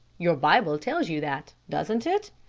your bible tells you that, doesn't it?